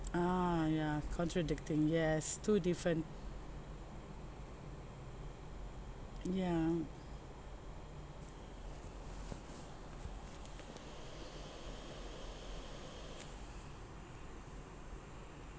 uh yeah contradicting yes too different yeah